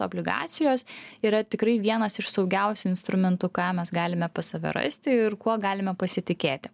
obligacijos yra tikrai vienas iš saugiausių instrumentų ką mes galime pas save rasti ir kuo galime pasitikėti